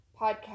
podcast